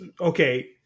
okay